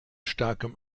starkem